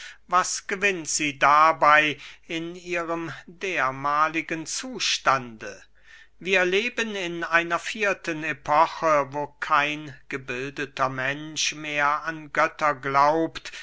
was gewinnt sie dabey in ihrem dermahligen zustande wir leben in einer vierten epoche wo kein gebildeter mensch mehr an götter glaubt